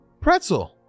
Pretzel